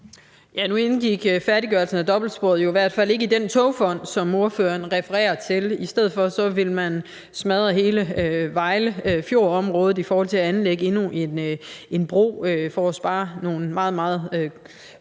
(V): Nu indgik færdiggørelsen af dobbeltsporet jo i hvert fald ikke i den togfond, som ordføreren refererer til. I stedet for ville man smadre hele Vejle Fjord-området ved at anlægge endnu en bro for at spare meget, meget få minutter.